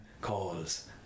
calls